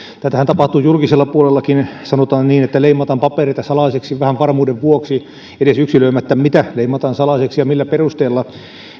tätähän tapahtuu julkisella puolellakin sanotaan niin että leimataan papereita salaiseksi vähän varmuuden vuoksi edes yksilöimättä mitä leimataan salaiseksi ja millä perusteella